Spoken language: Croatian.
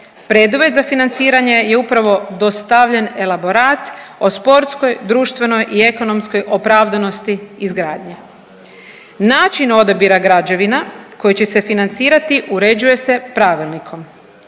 Preduvjet za financiranje je upravo dostavljen elaborat o sportskoj, društvenoj i ekonomskoj opravdanosti izgradnje. Način odabira građevina koji će se financirati uređuje se pravilnikom.